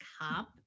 Cop